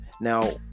now